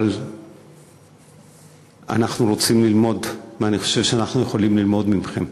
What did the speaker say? אבל אנחנו רוצים ללמוד ואני חושב שאנחנו יכולים ללמוד מכם.